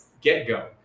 get-go